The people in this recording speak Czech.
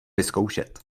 vyzkoušet